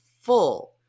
full